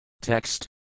Text